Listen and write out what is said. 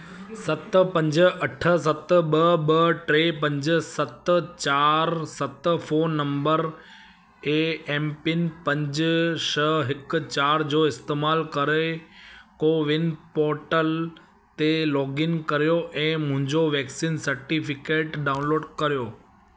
सत पंज अठ सत ॿ ॿ टे पंज सत चार सत फोन नंबर ऐं एमपिन पंज छह हिकु चार जो इस्तेमालु करे कोविन पोटल ते लोगइन करियो ऐं मुंहिंजो वैक्सीन सटिफिकेट डाउनलोड करियो